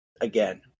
again